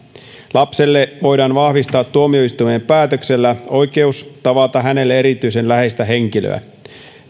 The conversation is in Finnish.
lapselle voidaan vahvistaa tuomioistuimen päätöksellä oikeus tavata hänelle erityisen läheistä henkilöä